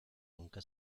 nunca